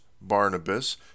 Barnabas